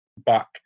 back